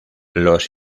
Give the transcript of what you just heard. los